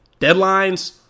deadlines